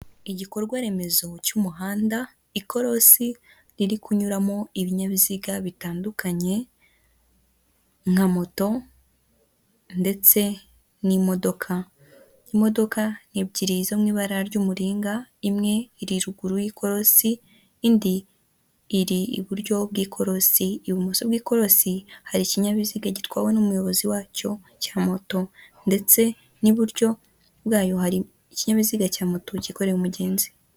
Igikorwa remezo cy'umuhanda ikorosi, riri kunyuramo ibinyabiziga bitandukanye, nka moto ndetse n'imodoka, imodoka ni ebyiri zo mu ibara ry'umuringa, imwe iri ruguru y'ikosi, indi iri iburyo bw'ikositikorosi, ibumoso bw'ikorosi hari ikinyabiziga gitwawe n'umuyobozi wacyo cya moto, ndetse n'iburyo bwayo hari ikinyabiziga cya moto kikoreraye umugenzi.